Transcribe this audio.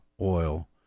oil